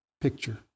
picture